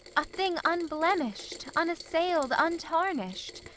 a thing unblemished, unassailed, untarnished.